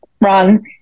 run